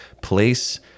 place